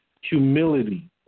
humility